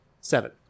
seven